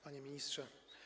Panie Ministrze!